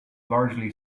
largely